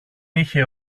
είχε